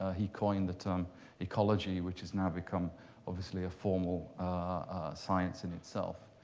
ah he coined the term ecology, which has now become obviously a formal science in itself.